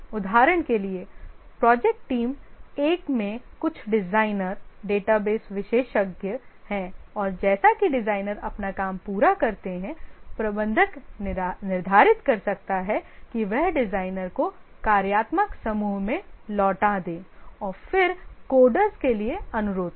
उदाहरण के लिए प्रोजेक्ट टीम 1 में कुछ डिजाइनर डेटाबेस विशेषज्ञ है और जैसा कि डिजाइनर अपना काम पूरा करते हैं प्रबंधक निर्धारित कर सकता है और वह डिजाइनर को कार्यात्मक समूह में लौटा दे और फिर कोडर्स के लिए अनुरोध करे